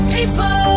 People